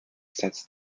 sets